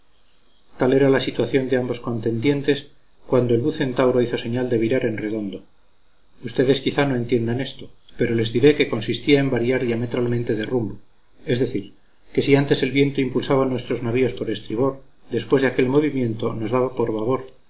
tal era la situación de ambos contendientes cuando el bucentauro hizo señal de virar en redondo ustedes quizá no entiendan esto pero les diré que consistía en variar diametralmente de rumbo es decir que si antes el viento impulsaba nuestros navíos por estribor después de aquel movimiento nos daba por babor